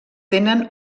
tenen